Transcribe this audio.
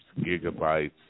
gigabytes